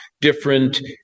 different